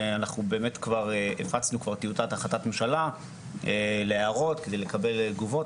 ואנחנו באמת כבר הפצנו טיוטת החלטת ממשלה להערות ולקבל תגובות,